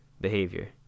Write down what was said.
behavior